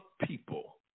people